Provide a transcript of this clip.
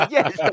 Yes